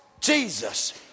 Jesus